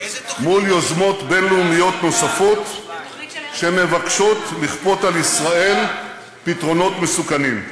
מול יוזמות בין-לאומיות נוספות שמבקשות לכפות על ישראל פתרונות מסוכנים.